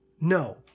no